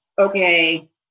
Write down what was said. okay